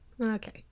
Okay